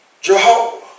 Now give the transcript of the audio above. Jehovah